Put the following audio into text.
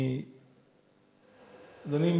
אדוני,